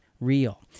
real